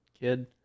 kid